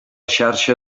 xarxa